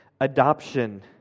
adoption